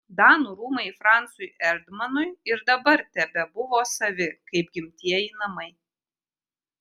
danų rūmai francui erdmanui ir dabar tebebuvo savi kaip gimtieji namai